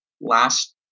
last